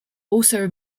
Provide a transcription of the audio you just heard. also